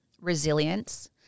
resilience